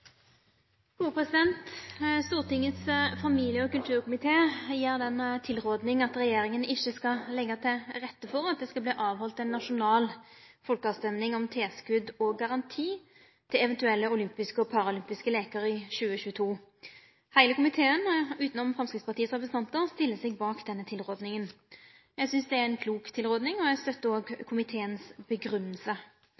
familie- og kulturkomité gjer tilråding om at regjeringa ikkje skal leggje til rette for at det skal haldast ei nasjonal folkerøysting om tilskot og garanti til eventuelle olympiske og paralympiske leikar i 2022. Heile komiteen, unntatt Framstegspartiet sine representantar, stiller seg bak denne tilrådinga. Eg synest det er ei klok tilråding, og eg